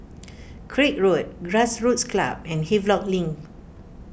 Craig Road Grassroots Club and Havelock Link